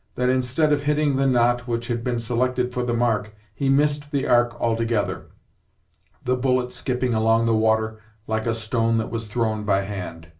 that instead of hitting the knot which had been selected for the mark, he missed the ark altogether the bullet skipping along the water like a stone that was thrown by hand.